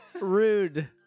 Rude